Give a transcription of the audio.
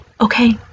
okay